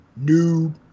noob